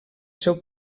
seu